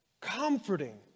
Comforting